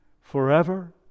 forever